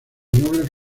nobles